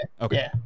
Okay